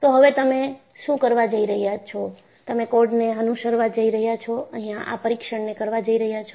તો હવે તમે શું કરવા જઈ રહ્યા છો તમે કોડને અનુસરવા જઈ રહ્યા છો અહિયાં આ પરીક્ષણને કરવા જઈ રહ્યા છીએ